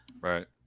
Right